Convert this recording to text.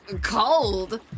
Cold